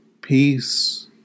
peace